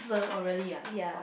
oh really ah !wah!